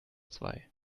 zwei